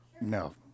No